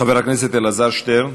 חבר הכנסת אלעזר שטרן,